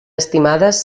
estimades